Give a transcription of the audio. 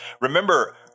remember